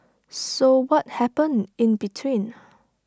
so what happened in between